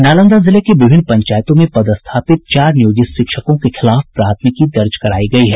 नालंदा जिले के विभिन्न पंचायतों में पदस्थापित चार नियोजित शिक्षकों के खिलाफ प्राथमिकी दर्ज कराई गई है